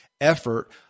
effort